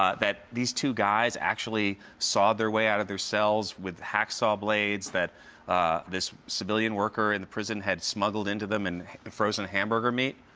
ah that these two guys actually sawed there way out of their cells, with hacksaw blades that this civilian worker in the prison had smuggled into them in frozen hamburger meat.